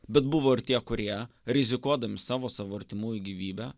bet buvo ir tie kurie rizikuodami savo savo artimųjų gyvybe